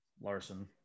Larson